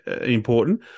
important